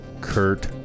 Kurt